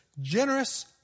generous